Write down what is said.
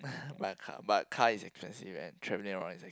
but car but car is expensive than traveling and everything